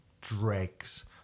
dregs